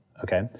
okay